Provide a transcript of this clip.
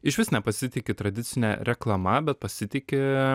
išvis nepasitiki tradicine reklama bet pasitiki